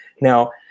Now